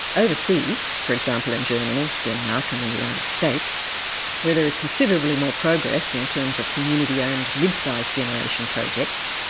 overseas, for example in germany, denmark and the united states where there is considerably more progress in terms of community-owned mid-sized generation projects,